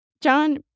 John